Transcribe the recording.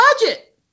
budget